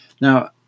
Now